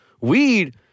Weed